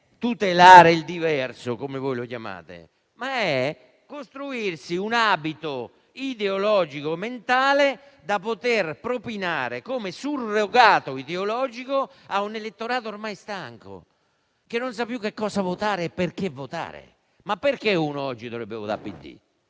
tutelare il diverso, come voi lo chiamate, ma è costruirsi un abito ideologico e mentale, da poter propinare come surrogato ideologico a un elettorato ormai stanco, che non sa più cosa votare e perché votare. Perché un elettore oggi dovrebbe votare PD?